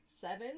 seven